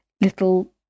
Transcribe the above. little